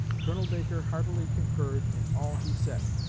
colonel baker heartily concurred in all he said,